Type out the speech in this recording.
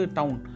town